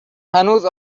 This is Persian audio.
هنوز